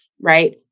right